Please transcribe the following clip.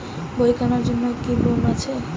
বই কেনার জন্য কি কোন লোন আছে?